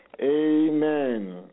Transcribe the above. Amen